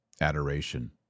adoration